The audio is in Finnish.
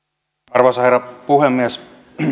arvoisa herra puhemies